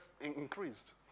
increased